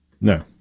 No